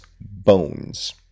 bones